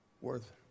worth